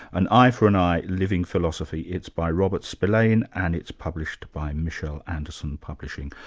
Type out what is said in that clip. an eye for an i living philosophy. it's by robert spillane and it's published by michel anderson publishing.